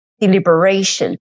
deliberation